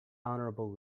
honorable